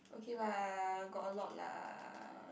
okay lah got a lot lah